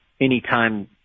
anytime